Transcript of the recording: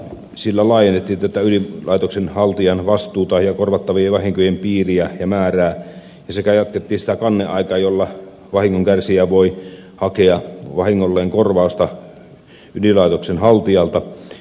sillä laajennettiin ydinlaitoksen haltijan vastuuta ja korvattavien vahinkojen piiriä ja määrää sekä jatkettiin sitä kanneaikaa jolla vahingon kärsijä voi hakea vahingolleen korvausta ydinlaitoksen haltijalta